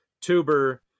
tuber